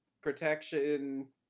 protection